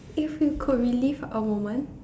if you could relive a moment